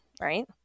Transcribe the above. right